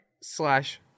Slash